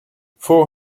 four